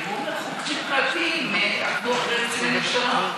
ואומר: חוקרים פרטיים עקבו אחרי קציני משטרה?